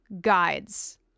guides